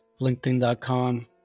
linkedin.com